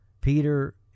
Peter